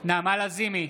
נעמה לזימי,